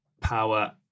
power